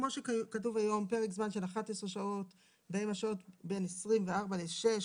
כמו שכתוב היום פרק זמן של 11 שעות בין השעות 24:00 ל-6:00,